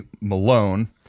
Malone